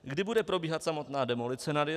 Kdy bude probíhat samotná demolice nadjezdu?